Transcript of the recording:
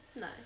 No